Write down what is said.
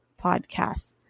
podcast